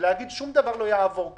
ולהגיד: שום דבר לא יעבור כאן,